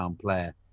player